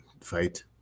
fight